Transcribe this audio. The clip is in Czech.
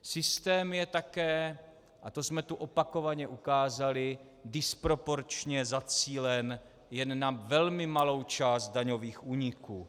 Systém je také, a to jsme tu opakovaně ukázali, disproporčně zacílen jen na velmi malou část daňových úniků.